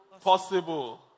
possible